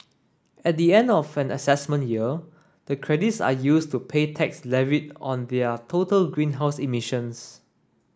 at the end of an assessment year the credits are used to pay tax levied on their total greenhouse emissions